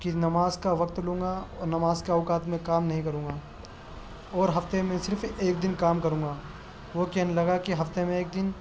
کہ نماز کا وقت لوں گا اور نماز کے اوقات میں کام نہیں کروں گا اور ہفتے میں صرف ایک دن کام کروں گا وہ کہنے لگا کہ ہفتے میں ایک دن